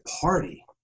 party